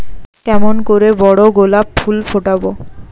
কেমন করে বড় গোলাপ ফুল ফোটাব?